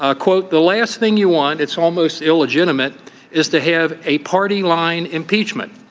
ah quote, the last thing you want, it's almost illegitimate is to have a party line impeachment.